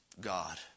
God